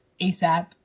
asap